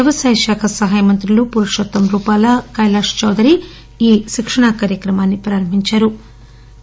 వ్యవసాయ శాఖ సహాయ మంత్రులు పురుషోత్తమ్ రూపాలా కైలాష్ చౌదరి ఈ శిక్షణా కార్యక్రమాన్ని ప్రారంభిందారు